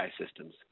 systems